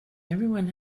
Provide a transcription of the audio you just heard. everyone